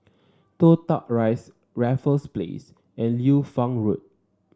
Toh Tuck Rise Raffles Place and Liu Fang Road